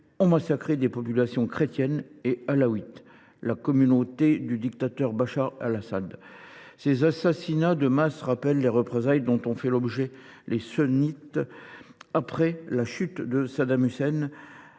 ont massacré des populations chrétiennes et alaouites, la communauté du dictateur Bachar al Assad. Ces assassinats de masse rappellent les représailles dont ont fait l’objet les sunnites après la chute de Saddam Hussein,